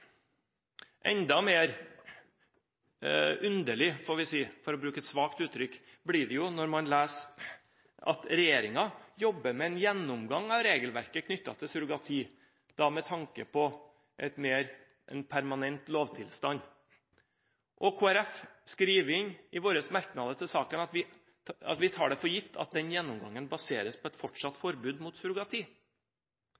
Enda mer underlig – får vi si, for å bruke et svakt uttrykk – blir det når man leser at regjeringen jobber med en gjennomgang av regelverket knyttet til surrogati, med tanke på en permanent rettstilstand. Vi i Kristelig Folkeparti skriver i våre merknader til saken at vi tar det for gitt at en slik gjennomgang «baseres på et fortsatt